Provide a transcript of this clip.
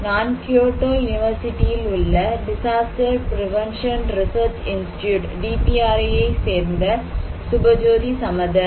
நான் கியோட்டோ யுனிவர்சிட்டியில் உள்ள டிசாஸ்டர் பிரேவென்ஷன் ரிசர்ச் இன்ஸ்ட்யூட் ஐ சேர்ந்த சுபஜோதி சமதர்